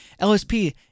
LSP